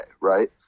right